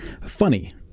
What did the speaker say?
funny